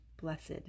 blessed